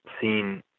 seen